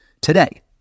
today